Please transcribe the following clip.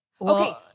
Okay